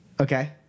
Okay